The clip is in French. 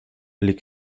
les